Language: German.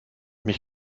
mich